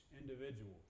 individual